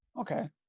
Okay